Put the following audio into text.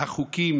החוקים,